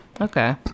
Okay